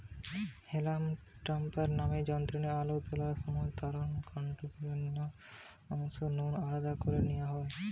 হেলাম topper নামের যন্ত্রে আলু তোলার সময় তারুর কান্ডটাকে অন্য অংশ নু আলদা করি নিয়া হয়